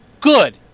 Good